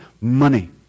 money